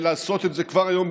ולעשות את זה כבר היום,